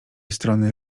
strony